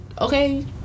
Okay